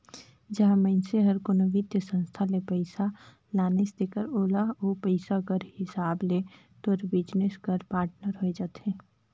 जहां मइनसे हर कोनो बित्तीय संस्था ले पइसा लानिस तेकर ओला ओ पइसा कर हिसाब ले तोर बिजनेस कर पाटनर होए जाथे